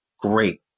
great